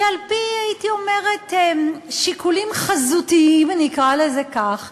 שעל-פי שיקולים חזותיים, נקרא לזה כך,